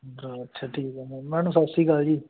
ਤਾਂ ਅੱਛਾ ਠੀਕ ਆ ਮੈਡਮ ਮੈਡਮ ਸਤਿ ਸ਼੍ਰੀ ਅਕਾਲ ਜੀ